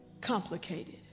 complicated